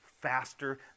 faster